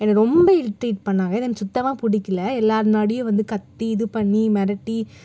என்னை ரொம்ப இரிட்டேட் பண்ணாங்க இது எனக்கு சுத்தமாக பிடிக்கல எல்லோரும் முன்னாடியும் வந்து கத்தி இது பண்ணி மிரட்டி